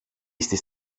στις